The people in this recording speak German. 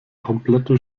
komplette